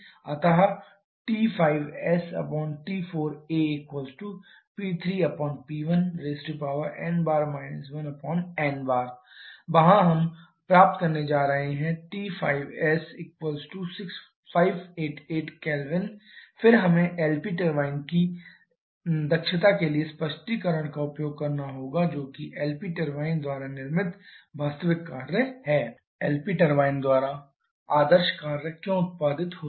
अतः T5sT4aP3P1n 1n वहाँ हम प्राप्त करने जा रहे हैं T5s588 K फिर हमें LP टरबाइन की दक्षता के लिए स्पष्टीकरण का उपयोग करना होगा जो कि LP टरबाइन द्वारा निर्मित वास्तविक कार्य है LP टरबाइन द्वारा आदर्श कार्य क्यों उत्पादित होता है